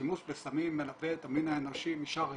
השימוש בסמים מלווה את המין האנושי משחר התהוותו.